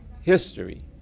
history